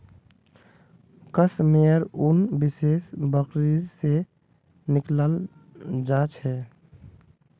कश मेयर उन विशेष बकरी से निकलाल जा छे